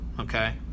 okay